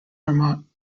vermont